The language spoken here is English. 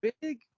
Big